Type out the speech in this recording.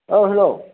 औ हेलौ